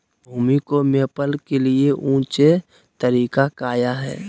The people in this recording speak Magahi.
भूमि को मैपल के लिए ऊंचे तरीका काया है?